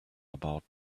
about